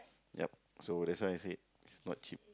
yup so that's why I said is not cheap